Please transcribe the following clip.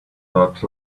but